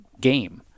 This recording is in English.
game